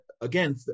again